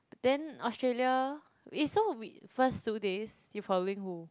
then Australia eh so we first two days you following who